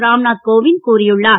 ராம்நாத் கோவிந்த் கூறியுள்ளார்